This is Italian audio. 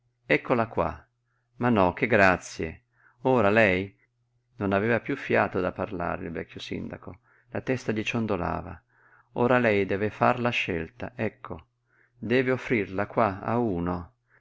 eccola qua ma no che grazie ora lei non aveva piú fiato da parlare il vecchio sindaco la testa gli ciondolava ora lei deve far la scelta ecco deve offrirla qua a uno